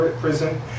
prison